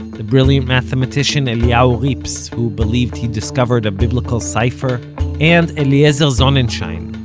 the brilliant mathematician eliyahu rips who believes he discovered a biblical cipher and eliezer sonnenschein,